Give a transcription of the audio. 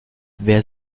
wer